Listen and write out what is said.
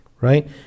right